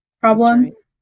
problems